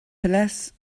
place